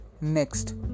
Next